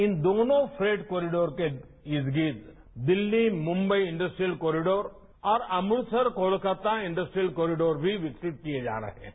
इन दोनों freight corridor के इर्द गिर्द दिल्ली मुंबई इंडस्ट्रीयल कॉरिडोर और अमृतसर कोलकाता इंडस्ट्रीयल कॉरिडोर भी विकसित किये जा रहे हैं